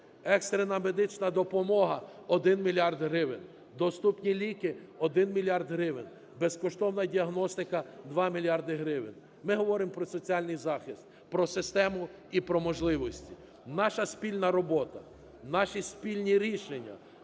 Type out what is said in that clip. екстрена медична допомога – 1 мільярд гривень, "Доступні ліки" – 1 мільярд гривень, безкоштовна діагностика – 2 мільярди гривень. Ми говоримо про соціальний захист, про систему і про можливості. Наша спільна робота, наші спільні рішення